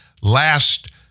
last